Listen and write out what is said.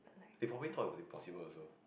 they probably thought it was impossible also